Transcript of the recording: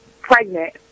pregnant